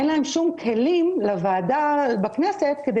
אין להם שום כלים לוועדת הכנסת כדי